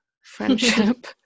friendship